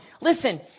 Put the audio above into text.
Listen